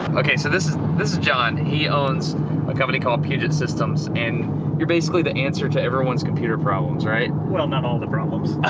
okay, so this is john. he owns a company called puget systems and you're basically the answer to everyone's computer problems, right? well, not all the problems.